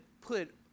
put